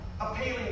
appealing